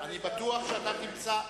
אני בטוח שאתה תמצא,